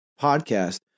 podcast